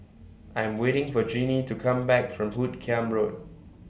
I Am waiting For Jeannie to Come Back from Hoot Kiam Road